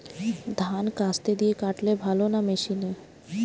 ধান কাস্তে দিয়ে কাটলে ভালো না মেশিনে?